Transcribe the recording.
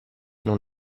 non